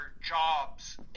jobs